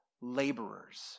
laborers